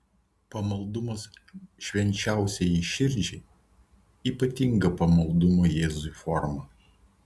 pamaldumas švenčiausiajai širdžiai ypatinga pamaldumo jėzui forma